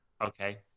okay